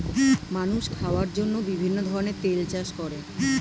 মানুষ খাওয়ার জন্য বিভিন্ন ধরনের তেল চাষ করে